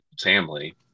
family